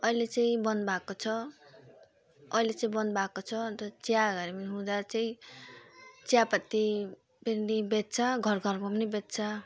अहिले चाहिँ बन्द भएको छ अहिले चाहिँ बन्द भएको छ अन्त चियाबारी हुँदा चाहिँ चियापत्ती पनि बेच्छ घरघरमा पनि बेच्छ